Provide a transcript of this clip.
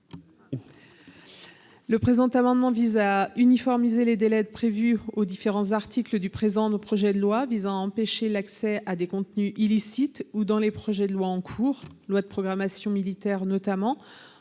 Noël. Cet amendement tend à uniformiser les délais prévus aux différents articles du présent projet de loi visant à empêcher l’accès à des contenus illicites ou dans les projets de loi en cours – en particulier le projet